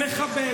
מכבד,